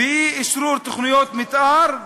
ואי-אשרור תוכניות מתאר,